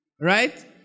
Right